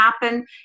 happen